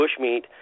bushmeat